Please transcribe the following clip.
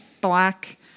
Black